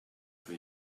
for